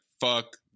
fuck